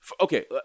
okay